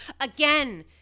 Again